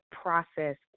process